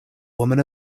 woman